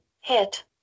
hit